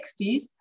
1960s